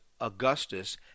Augustus